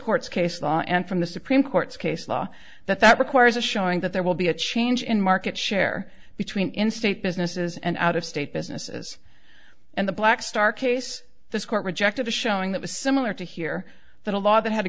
court's case law and from the supreme court's case law that that requires a showing that there will be a change in market share between in state businesses and out of state businesses and the blackstar case this court rejected a showing that was similar to hear that a law that had a